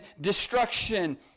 destruction